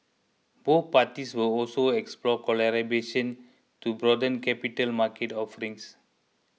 both parties will also explore collaboration to broaden capital market offerings